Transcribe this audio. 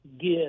give